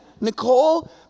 Nicole